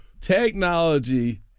technology